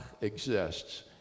exists